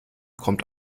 kommt